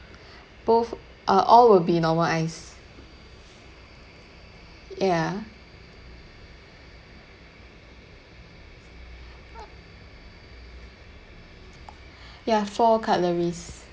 both uh all will be normal ice ya ya four cutleries